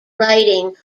writing